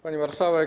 Pani Marszałek!